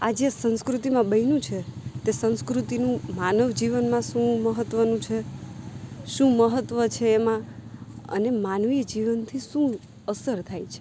આ જે સંસ્કૃતિમાં બન્યું છે તે સંસ્કૃતિનું માનવજીવનમાં શું મહત્ત્વનું છે શું મહત્ત્વ છે એમાં અને માનવી જીવનથી શું અસર થાય છે